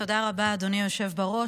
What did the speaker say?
תודה רבה, אדוני היושב בראש.